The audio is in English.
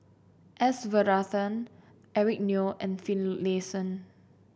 S Varathan Eric Neo and Finlayson